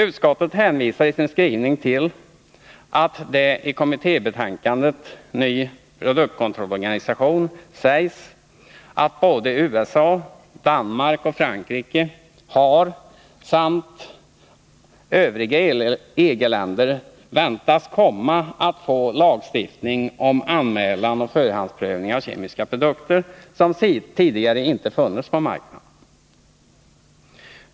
Utskottet hänvisar i sin skrivning till att det i kommittébetänkandet Ny produktkontrollorganisation sägs att såväl USA som Danmark och Frankrike har samt att övriga EG-länder väntas få en lagstiftning om anmälan och förhandsprövning av kemiska produkter som tidigare inte funnits på marknaden.